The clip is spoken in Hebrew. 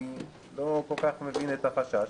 אני לא כל כך מבין את החשש,